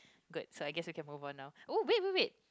good so I guess we can move on now oh wait wait wait